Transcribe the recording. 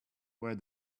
where